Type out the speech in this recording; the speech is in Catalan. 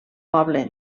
poble